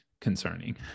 concerning